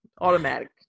Automatic